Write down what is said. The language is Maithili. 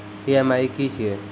ई.एम.आई की छिये?